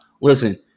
Listen